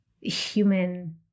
human